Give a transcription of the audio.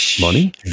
Money